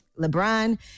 LeBron